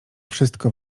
wszystko